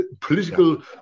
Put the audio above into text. political